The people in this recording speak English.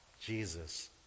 Jesus